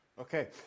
Okay